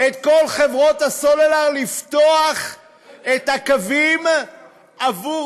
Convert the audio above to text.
את כל חברות הסלולר לפתוח את הקווים עבור